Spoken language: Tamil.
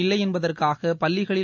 இல்லையென்பதற்காக பள்ளிகளில்